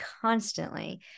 constantly